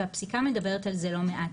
והפסיקה מדברת על זה לא מעט.